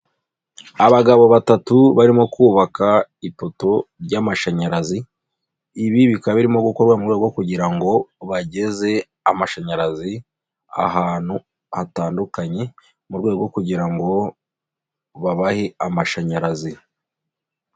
Abagabo batatu barimo kubaka ipoto ry'amashanyarazi ibi bikaba birimo gukorwa mu rwego kugira ngo bageze amashanyarazi ahantu hatandukanye, mu rwego rwo kugira ngo babahe amashanyarazi.